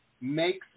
Makes